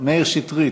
מאיר שטרית,